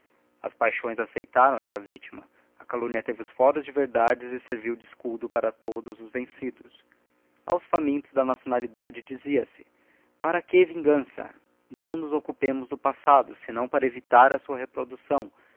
as paixões acceitaram ssa victima a calumnia teve os foros de verdades e serviu de escudo para todos os vencidos aos famintos da nacionalidade dizia-se t para digiti zedby google que vinganças não nos occupemos do passado senão para evitar a sua reproducção